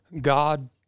God